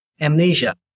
amnesia